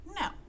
No